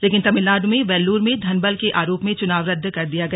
लेकिन तमिलनाडु में वेल्लोर में धन बल के आरोप में चुनाव रद्द कर दिया गया